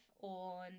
on